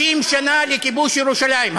50 שנה לכיבוש ירושלים.